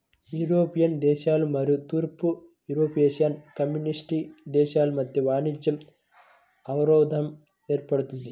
European దేశాలు మరియు తూర్పు యూరోపియన్ కమ్యూనిస్ట్ దేశాల మధ్య వాణిజ్య అవరోధం ఏర్పడింది